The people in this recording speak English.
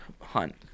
hunt